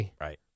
Right